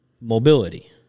mobility